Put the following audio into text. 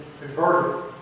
converted